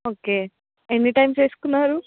okay ఎన్ని times వేసుకున్నారు